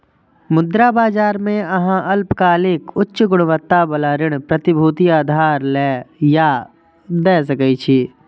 मुद्रा बाजार मे अहां अल्पकालिक, उच्च गुणवत्ता बला ऋण प्रतिभूति उधार लए या दै सकै छी